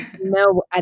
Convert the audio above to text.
No